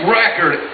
record